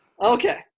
Okay